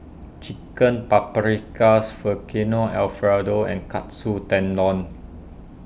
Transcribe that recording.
Chicken Paprikas Alfredo and Katsu Tendon